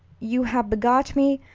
you have begot me,